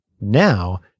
Now